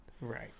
Right